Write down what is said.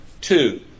Two